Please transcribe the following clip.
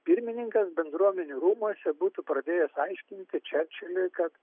pirmininkas bendruomenių rūmuose būtų pradėjęs aiškinti čerčiliui kad